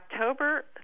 October